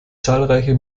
zahlreiche